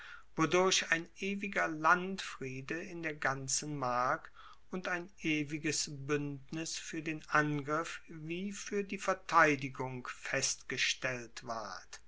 wodurch ein ewiger landfriede in der ganzen mark und ein ewiges buendnis fuer den angriff wie fuer die verteidigung festgestellt ward